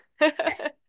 Yes